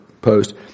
post